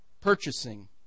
purchasing